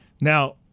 Now